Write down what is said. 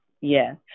Yes